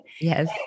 Yes